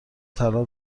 طلا